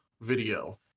video